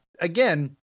again